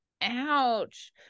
ouch